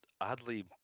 oddly